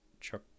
chuck